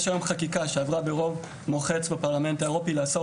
יש היום חקיקה שעברה ברוב מוחץ בפרלמנט האירופאי לאסור